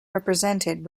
represented